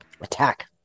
attack